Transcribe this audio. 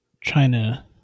China